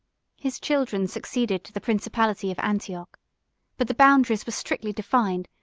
his children succeeded to the principality of antioch but the boundaries were strictly defined,